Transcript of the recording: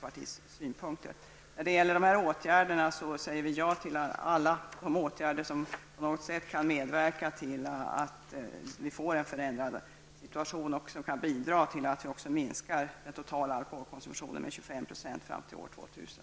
Vi säger ja till alla åtgärder som på något sätt kan medverka till att vi får en förändrad situation och som kan bidra till att den totala alkoholkonsumtionen minskar med 25 % fram till år 2000.